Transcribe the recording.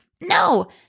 No